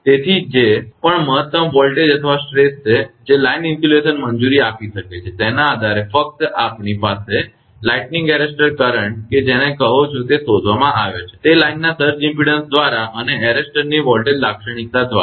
તેથી જે પણ મહત્તમ વોલ્ટેજ અથવા સ્ટ્રેસ છે જે લાઇન ઇન્સ્યુલેશન મંજૂરી આપી શકે છે તેના આધારે ફક્ત આપણી પાસે લાઈટનિંગ એરેસ્ટર કરંટ કે જેને કહો છો તે શોધવામાં આવે છે તે લાઈનના સર્જ ઇમપેડન્સ દ્વારા અને એરેસ્ટરની વોલ્ટેજ લાક્ષણિકતા દ્વારા